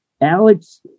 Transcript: Alex